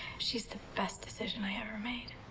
she's the best decision i ever made.